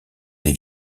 des